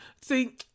see